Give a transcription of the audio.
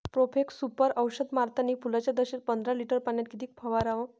Profex Super औषध मारतानी फुलाच्या दशेत पंदरा लिटर पाण्यात किती फवाराव?